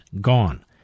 gone